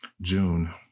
June